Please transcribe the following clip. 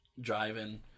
Driving